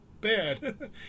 bad